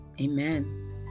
Amen